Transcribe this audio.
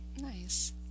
nice